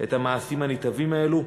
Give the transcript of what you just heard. את המעשים הנתעבים האלה.